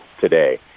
today